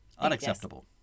Unacceptable